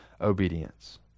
obedience